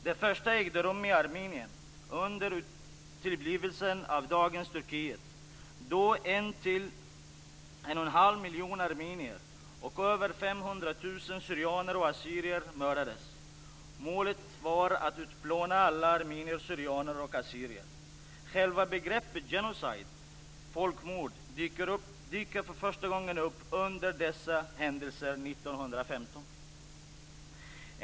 Det första ägde rum i Armenien under tillblivelsen av dagens Turkiet, då 1-1,5 miljon armenier och över 500 000 syrianer och assyrier mördades. Målet var att utplåna alla armenier, syrianer och assyrier. Själva begreppet genocide, folkmord, dyker för första gången upp under dessa händelser 1915.